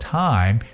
time